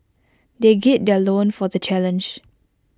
they gird their loins for the challenge